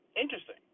interesting